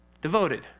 devoted